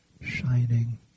shining